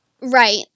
Right